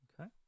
Okay